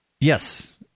Yes